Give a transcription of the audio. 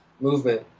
movement